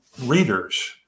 readers